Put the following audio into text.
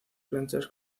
planchas